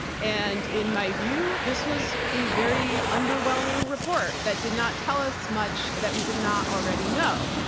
and in my view, this was a very underwhelming report that did not tell us much that we did not already know.